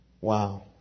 Wow